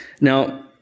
Now